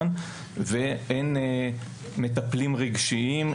ואין מטפלים רגשיים,